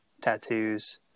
Tattoos